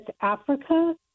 Africa